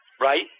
right